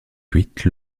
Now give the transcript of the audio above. cuite